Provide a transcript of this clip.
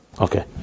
Okay